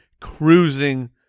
cruising